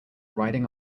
riding